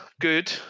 good